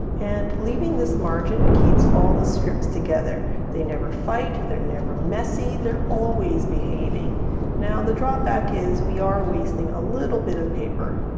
and leaving this margin keeps all the strip's together they never fight they're never messy they're always behaving now the drawback is we are wasting a little bit of paper